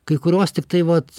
kai kurios tiktai vat